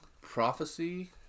prophecy